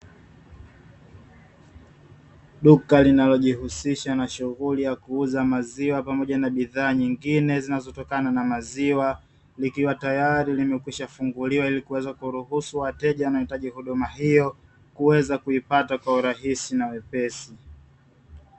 Duka linalojishughulisha na shughuli ya kuuza maziwa pamoja na bidhaa nyingine zinazotokana na maziwa, likiwa tayari limekwisha funguliwa ili kuweza kuruhusu wateja wanahitaji huduma hiyo kuweza kuipata kwa urahisi na wepesi.